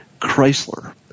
Chrysler